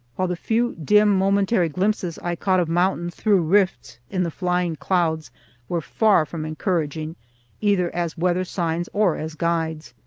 while the few dim, momentary glimpses i caught of mountains through rifts in the flying clouds were far from encouraging either as weather signs or as guides.